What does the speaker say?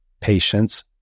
patience